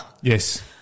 Yes